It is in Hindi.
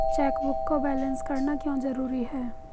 चेकबुक को बैलेंस करना क्यों जरूरी है?